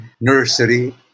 nursery